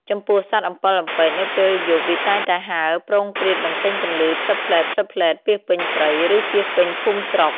ចំពោះ សត្វអំពិលអំពែក នៅពេលយប់វាតែងតែហើរ ព្រោងព្រាតបញ្ចេញពន្លឺភ្លិបភ្លែតៗ ពាសពេញព្រៃ ឬពាសពេញភូមិស្រុក។